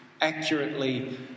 accurately